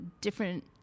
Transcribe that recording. different